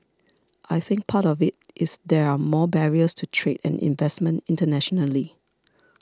I think part of it is there are more barriers to trade and investment internationally